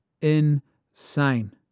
insane